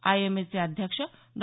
आयएमएचे अध्यक्ष डॉ